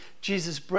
Jesus